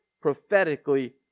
prophetically